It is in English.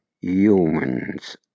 humans